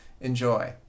enjoy